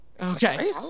Okay